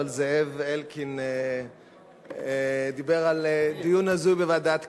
אבל זאב אלקין דיבר על דיון הזוי בוועדת כספים.